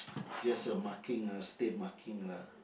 just a marking ah stain marking lah